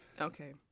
Okay